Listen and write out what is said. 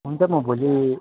हुन्छ म भोलि